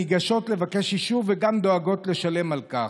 ניגשות לבקש אישור וגם דואגות לשלם על כך.